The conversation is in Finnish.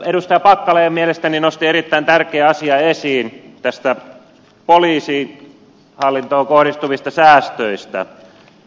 edustaja packalen mielestäni nosti erittäin tärkeän asian esiin poliisihallintoon kohdistuvista säästöistä